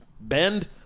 bend